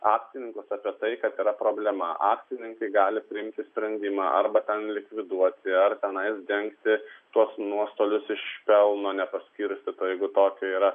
akcininkus apie tai kad yra problema akcininkai gali priimti sprendimą arba ten likviduoti ar tenais dengti tuos nuostolius iš pelno nepaskirstyto jeigu tokio yra